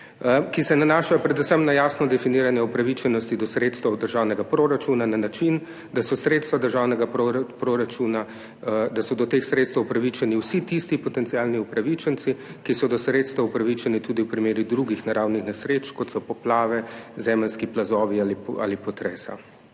ki se nanašajo predvsem na jasno definiranje upravičenosti do sredstev državnega proračuna na način, da so do teh sredstev državnega proračuna upravičeni vsi tisti potencialni upravičenci, ki so do sredstev upravičeni tudi v primeru drugih naravnih nesreč, kot so poplave, zemeljski plazovi ali potresi.